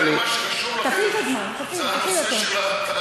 כנראה, מה שחשוב לכם זה הנושא של התאגיד.